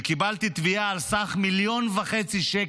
וקיבלתי תביעה על סך 1.5 מיליון שקל,